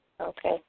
Okay